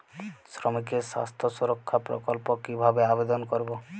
শ্রমিকের স্বাস্থ্য সুরক্ষা প্রকল্প কিভাবে আবেদন করবো?